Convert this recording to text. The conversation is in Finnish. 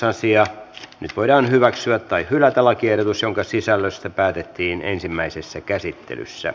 nyt voidaan hyväksyä tai hylätä lakiehdotus jonka sisällöstä päätettiin ensimmäisessä käsittelyssä